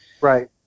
Right